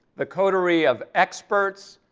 the coterie of experts,